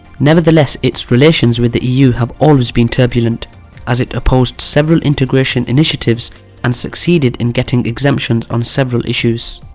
nevertheless, its relations with the eu have always been turbulent as it opposed several integration initiatives and succeeded in getting exemptions on several issues.